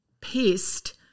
pissed